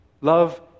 love